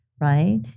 Right